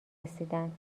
رسیدند